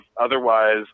otherwise